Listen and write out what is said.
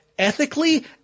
Ethically